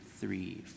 three